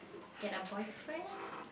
get a boyfriend